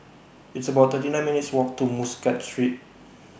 It's about thirty nine minutes' Walk to Muscat Street